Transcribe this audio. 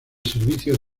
servicio